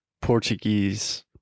Portuguese